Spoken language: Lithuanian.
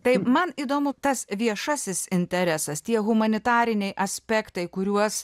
tai man įdomu tas viešasis interesas tie humanitariniai aspektai kuriuos